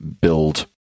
build